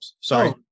sorry